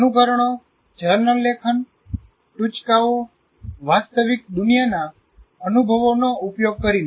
અનુકરણો journal લેખન ટુચકાઓ વાસ્તવિક દુનિયાના અનુભવોનો ઉપયોગ કરીને